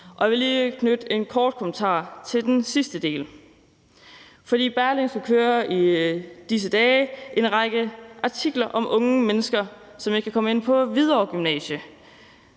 Jeg vil lige knytte en kort kommentar til den sidste del. For Berlingske kører i disse dage en række artikler om unge mennesker, som ikke har søgt ind på Hvidovre Gymnasium,